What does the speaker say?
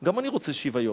גם אני רוצה שוויון.